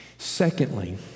Secondly